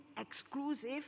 exclusive